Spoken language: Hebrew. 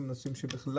בכל